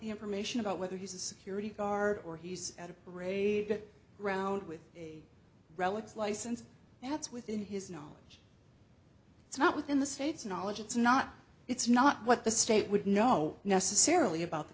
the information about whether he's a security guard or he's at a parade get round with relics license that's within his knowledge it's not within the state's knowledge it's not it's not what the state would know necessarily about the